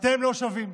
אתם לא שווים,